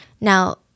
now